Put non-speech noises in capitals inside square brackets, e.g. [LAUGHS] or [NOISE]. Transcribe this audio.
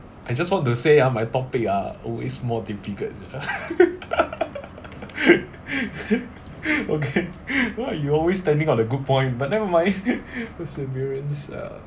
I just want to say ah my topic are always more difficult [LAUGHS] okay [BREATH] why you always standing on the good point but never mind [LAUGHS] perseverance uh